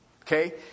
Okay